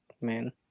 man